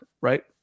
right